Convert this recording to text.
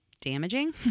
damaging